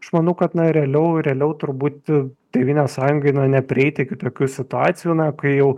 aš manau kad na realiau realiau turbūt tėvynės sąjungai na neprieiti iki tokių situacijų na kai jau